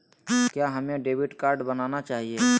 क्या हमें debit card बनाना चाहिए?